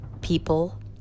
people